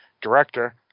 director